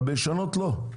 אבל בישנות לא.